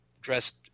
dressed